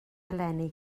eleni